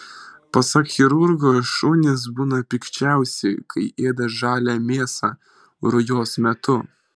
pasak chirurgo šunys būna pikčiausi kai ėda žalią mėsą rujos metu